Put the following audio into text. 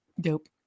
dope